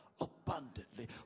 abundantly